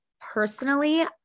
personally